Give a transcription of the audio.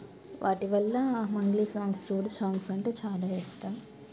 వాటి వల్ల మంగ్లీ సాంగ్స్ శివుడి సాంగ్స్ అంటే చాలా ఇష్టం